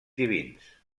divins